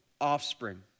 offspring